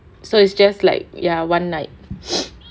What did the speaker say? so is just like ya one night